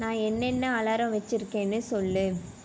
நான் என்னென்ன அலாரம் வச்சுருக்கேன்னு சொல்